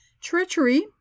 Treachery